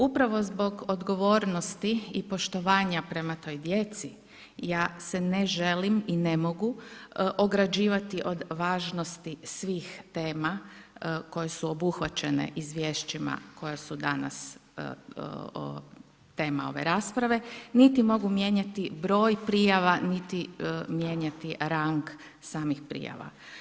Upravo zbog odgovornosti i poštovanja prema toj djeci, ja se ne želim i ne mogu ograđivati od važnosti svih tema, koje su obuhvaćene izvješćima koja su danas tema ove rasprave, niti mogu mijenjati broj prijava, niti mijenjati rang samih prijava.